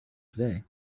today